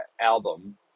album